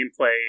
gameplay